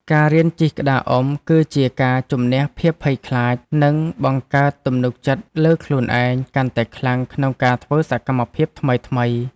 ការរៀនជិះក្តារអុំ គឺជាការជម្នះភាពភ័យខ្លាច និងបង្កើតទំនុកចិត្តលើខ្លួនឯងកាន់តែខ្លាំងក្នុងការធ្វើសកម្មភាពថ្មីៗ។